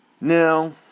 Now